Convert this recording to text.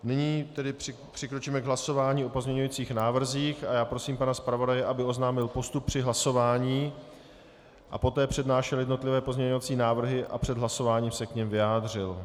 Nyní tedy přikročíme k hlasování o pozměňujících návrzích a já prosím pana zpravodaje, aby ohlásil postup při hlasování a poté přednášel jednotlivé pozměňovací návrhy a před hlasováním se k nim vyjádřil.